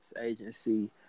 agency